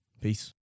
Peace